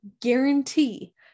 guarantee